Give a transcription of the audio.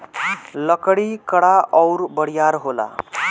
लकड़ी कड़ा अउर बरियार होला